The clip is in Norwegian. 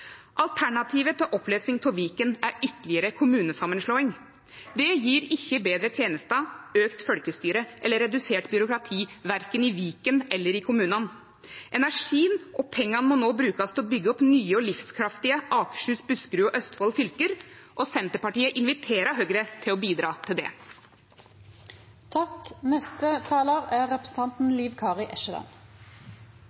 Alternativet til oppløysing av Viken er ytterlegare kommunesamanslåing. Det gjev ikkje betre tenester, auka folkestyre eller redusert byråkrati, verken i Viken eller i kommunane. Energien og pengane må no bli brukte til å byggje opp nye og livskraftige Akershus, Buskerud og Østfold fylke, og Senterpartiet inviterer Høgre til å bidra til det.